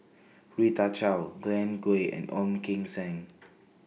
Rita Chao Glen Goei and Ong Kim Seng